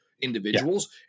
individuals